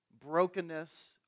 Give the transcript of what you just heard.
brokenness